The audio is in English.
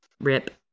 Rip